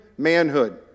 Manhood